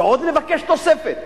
ועוד נבקש תוספת.